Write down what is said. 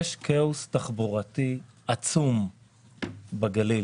יש כאוס תחבורתי עצום בגליל,